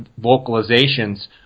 vocalizations